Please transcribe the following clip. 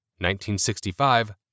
1965